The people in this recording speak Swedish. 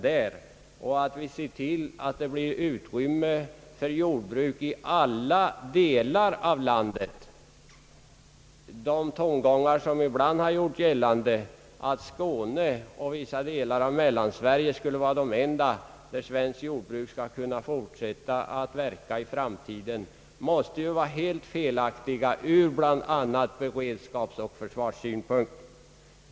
Vi måste också se till att det blir utrymme för jordbruk i alla delar av landet. Det måste ur bl.a. beredskapsoch försvarssynpunkt vara helt felaktiga tongångar, när man ibland gjort gällande att Skåne och vissa delar av Mellansverige skulle vara de enda områden där svenskt jordbruk kan drivas i framtiden.